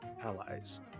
allies